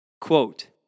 Quote